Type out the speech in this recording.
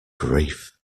grief